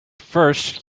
first